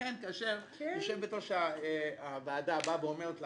לכן כאשר יושבת ראש הוועדה באה ואומרת לך,